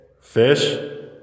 Fish